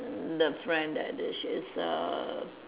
the friend that the she's a